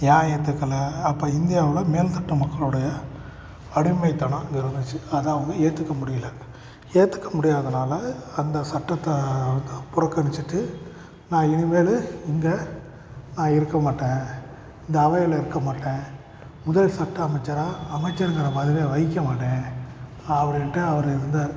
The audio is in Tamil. ஏன் ஏற்றுக்கல அப்போ இந்தியாவில் மேல்தட்டு மக்களுடைய அடிமைத்தனம் அங்கே இருந்துச்சு அதான் அவங்க ஏற்றுக்க முடியலை ஏத்துக்க முடியாததுனால் அந்த சட்டத்தை அதுக்கப்புறம் புறக்கணிச்சிட்டு நான் இனிமேல் இங்கே நான் இருக்கற மாட்டேன் இந்த அவையில் இருக்கற மாட்டேன் முதல் சட்ட அமைச்சராக அமைச்சருங்கிற பதவியில் வகிக்க மாட்டேன் அப்படின்ட்டு அவர் இருந்தார்